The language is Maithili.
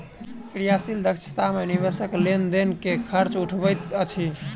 क्रियाशील दक्षता मे निवेशक लेन देन के खर्च उठबैत अछि